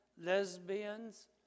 lesbians